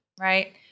right